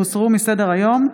הוסרו מסדר-היום,